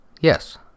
Yes